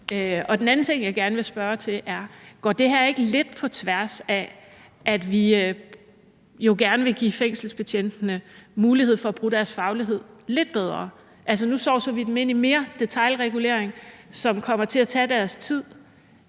Den anden ting, jeg gerne vil spørge til, er: Går det her ikke lidt på tværs af, at vi jo gerne vil give fængselsbetjentene mulighed for at bruge deres faglighed lidt bedre? Altså, nu sovser vi dem ind i mere detailregulering, som vil komme til at tage deres tid.